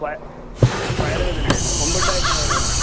വയറു വേദനയോ മുമ്പുണ്ടാരുന്നോ വയറ് വേദന